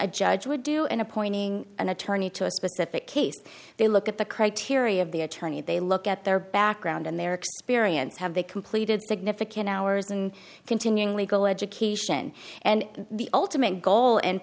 a judge would do in appointing an attorney to a specific case they look at the criteria of the attorney they look at their background and their experience have they completed significant hours and continuing legal education and the ultimate goal and